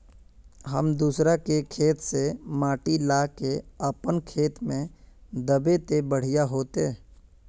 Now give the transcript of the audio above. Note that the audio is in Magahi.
हम दूसरा के खेत से माटी ला के अपन खेत में दबे ते बढ़िया होते?